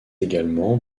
également